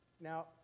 Now